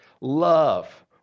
love